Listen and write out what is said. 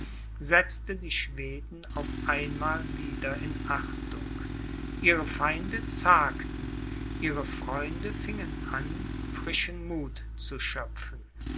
setzte die schweden auf einmal wieder in achtung ihre feinde zagten ihre freunde fingen an frischen muth zu schöpfen